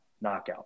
knockout